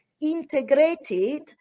integrated